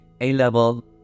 A-level